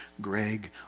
Greg